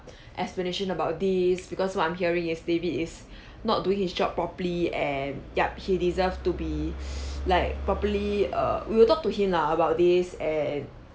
explanation about this because what I'm hearing is david is not doing his job properly and yup he deserve to be like properly err we will talk to him lah about this and